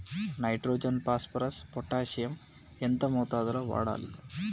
Nitrogen phosphorus potassium ఎంత మోతాదు లో వాడాలి?